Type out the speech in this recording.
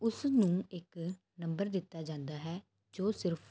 ਉਸ ਨੂੰ ਇੱਕ ਨੰਬਰ ਦਿੱਤਾ ਜਾਂਦਾ ਹੈ ਜੋ ਸਿਰਫ